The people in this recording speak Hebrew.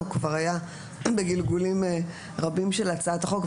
הוא כבר היה בגלגולים רבים של הצעת החוק,